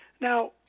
Now